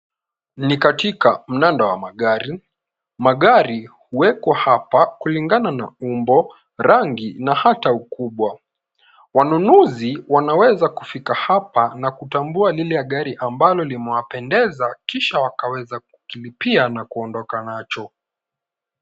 Ni katika mnanda wa magari. Magari huwekwa hapa kulingana na umbo rangi na hata ukubwa. Wanunuzi wanaweza kufika hapa na kutambua lile gari ambalo limewapendeza kisha wakaweza kukilipia na kuondoka nacho.